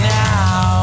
now